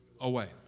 away